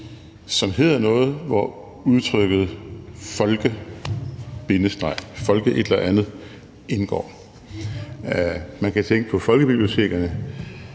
som hedder noget, hvor udtrykket folke- eller andet indgår. Man kan tænke på folkebibliotekerne,